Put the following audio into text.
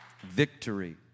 victory